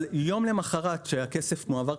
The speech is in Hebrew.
יום למוחרת שהכסף הועבר,